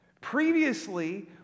Previously